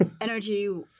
Energy